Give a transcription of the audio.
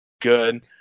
good